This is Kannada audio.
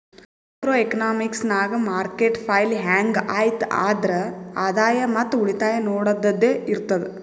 ಮೈಕ್ರೋ ಎಕನಾಮಿಕ್ಸ್ ನಾಗ್ ಮಾರ್ಕೆಟ್ ಫೇಲ್ ಹ್ಯಾಂಗ್ ಐಯ್ತ್ ಆದ್ರ ಆದಾಯ ಮತ್ ಉಳಿತಾಯ ನೊಡದ್ದದೆ ಇರ್ತುದ್